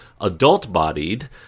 adult-bodied